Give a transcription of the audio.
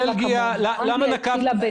בלגיה --- אנגליה התחילה כמונו.